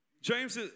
James